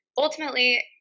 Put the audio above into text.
ultimately